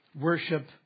worship